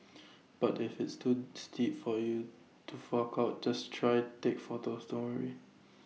but if that's too steep for you to fork out just try take photos don't worry